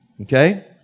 Okay